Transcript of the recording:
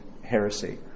heresy